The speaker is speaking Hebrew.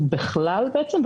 ובכלל בעצם,